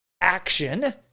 action